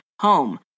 home